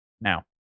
Now